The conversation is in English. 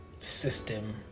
system